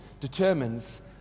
determines